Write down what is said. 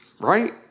Right